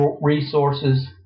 resources